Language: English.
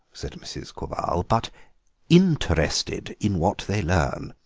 said mrs. quabarl, but interested in what they learn.